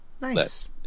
Nice